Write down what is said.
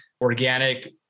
organic